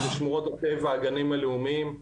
אלו שמורות הטבע והגנים הלאומיים.